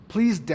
Please